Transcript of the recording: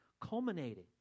culminating